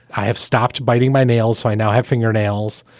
i have stopped biting my nails. so i now have fingernails.